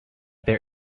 their